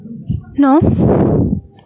no